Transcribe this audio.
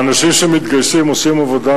האנשים מהעדה